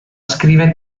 scrive